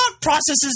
processes